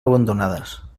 abandonades